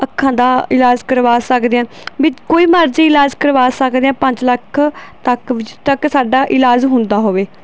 ਅੱਖਾਂ ਦਾ ਇਲਾਜ ਕਰਵਾ ਸਕਦੇ ਹਾਂ ਵੀ ਕੋਈ ਮਰਜ਼ੀ ਇਲਾਜ ਕਰਵਾ ਸਕਦੇ ਹਾਂ ਪੰਜ ਲੱਖ ਤੱਕ ਤੱਕ ਸਾਡਾ ਇਲਾਜ ਹੁੰਦਾ ਹੋਵੇ